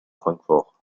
francfort